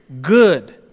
good